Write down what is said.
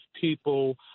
people